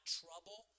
trouble